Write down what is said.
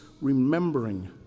remembering